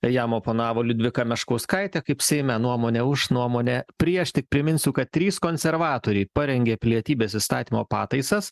jam oponavo liudvika meškauskaitė kaip seime nuomonę už nuomonę prieš tik priminsiu kad trys konservatoriai parengė pilietybės įstatymo pataisas